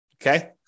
Okay